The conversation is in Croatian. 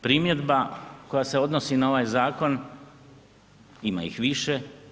Primjedba koja se odnosi na ovaj zakon, ima ih više.